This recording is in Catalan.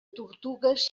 tortugues